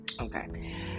okay